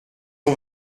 ont